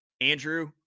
Andrew